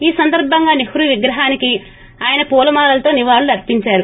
ఈ సందర్భంగా సెహ్రు విగ్రహానికి ఆయన పూల మాలలతో నివాళులు అర్పించారు